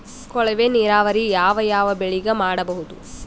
ಕೊಳವೆ ನೀರಾವರಿ ಯಾವ್ ಯಾವ್ ಬೆಳಿಗ ಮಾಡಬಹುದು?